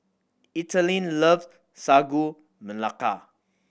Ethelene love Sagu Melaka